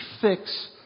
fix